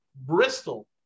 Bristol